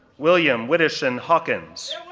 william wittichen hawkins,